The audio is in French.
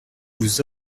vous